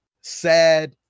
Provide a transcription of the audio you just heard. sad